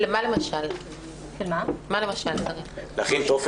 מה צריך להכין?